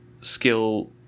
skill